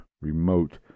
remote